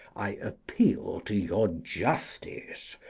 i appeal to your justice,